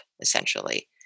essentially